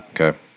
Okay